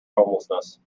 homelessness